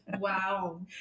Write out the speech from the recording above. wow